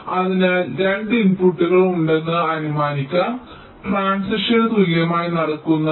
അതിനാൽ 2 ഇൻപുട്ടുകൾ ഉണ്ടെന്ന് അനുമാനിക്കാം ട്രാന്സിഷൻ തുല്യമായി നടക്കുന്നു t0